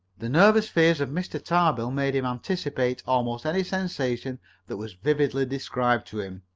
the nervous fears of mr. tarbill made him anticipate almost any sensation that was vividly described to him.